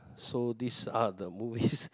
so these are the movies